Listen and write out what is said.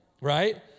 right